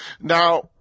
Now